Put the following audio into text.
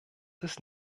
ist